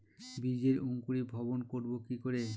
বীজের অঙ্কুরিভবন করব কি করে?